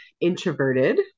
introverted